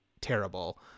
terrible